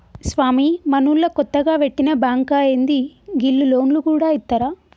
స్వామీ, మనూళ్ల కొత్తగ వెట్టిన బాంకా ఏంది, గీళ్లు లోన్లు గూడ ఇత్తరా